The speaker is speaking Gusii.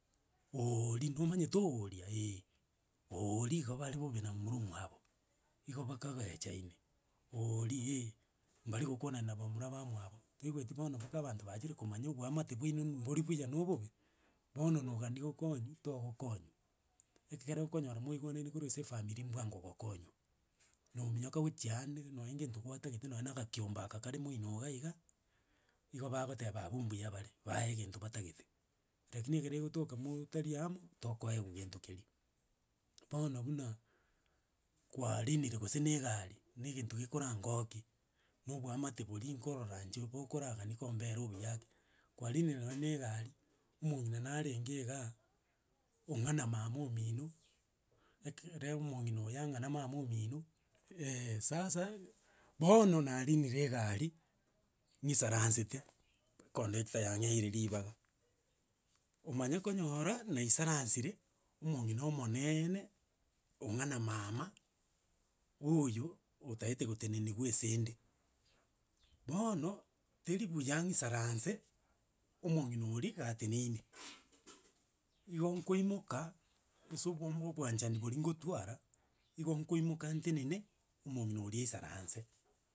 Oooria nomanyete ooria, eh, ooria igo bare bobe na momura omwabo, igo bakagechaine, ooria eh, mbarigokwana na bamura ba mwabo. Toigweti bono mpaka abanto bachire komanya obwamate bwaino mbori buya na obobe, bono na ogania gokonywa, tokogokonywa. Ekekere okonyora mwaigwanane korwa ase efamiri, mbwango gokonywa, na ominyoka gochia ande nonye gento gwatagete, nonye na agakiombe aka kare moino igaiga, igo bagoteba abu mbuya bare, bae egento batagete, rakini ekere egotoka motari amo tokoewa gento keria. Bono buna kwarinire gose na egari, na egento gekora ngokia, na obwamate boria nkorora inche bokoragani kombera obuya ake, kwarinire nonye na egari, omong'ina narenge igaa ong'ana mama omino, ekero omong'ina oyo ang'ana mama omino. sasa, bono narinire egari ng'isaransete, econductor yang'eire ribaga. Omanye konyora, naisaransire omong'ina omoneeene, ong'ana mama, oyo otaete goteneniwa ase nde. Bono, teri buya ng'isaranse omong'ina oria gateneine igo nkoimoka ase obwo mo- obwanchani boria ngotwara, igo nkoimoka ntenene, omong'ina oria aisaranse.